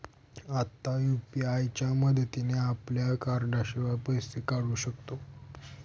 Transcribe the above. आता यु.पी.आय च्या मदतीने आपल्या कार्डाशिवाय पैसे काढू शकतो